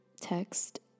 text